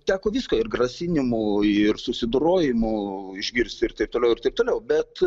teko visko ir grasinimų ir susidorojimų išgirsti ir taip toliau ir taip toliau bet